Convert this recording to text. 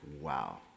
wow